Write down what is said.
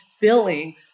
billing